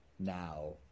now